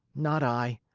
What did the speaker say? not i.